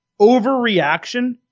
overreaction